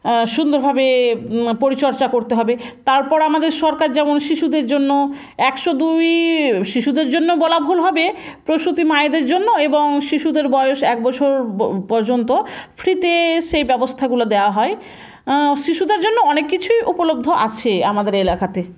সুন্দরভাবে পরিচর্যা করতে হবে তারপর আমাদের সরকার যেমন শিশুদের জন্য একশো দুই শিশুদের জন্য বলা ভুল হবে প্রসূতি মায়েদের জন্য এবং শিশুদের বয়স এক বছর পর্যন্ত ফ্রিতে সেই ব্যবস্থাগুলো দেওয়া হয় শিশুদের জন্য অনেক কিছুই উপলব্ধ আছে আমাদের এলাকাতে